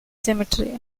symmetry